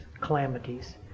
calamities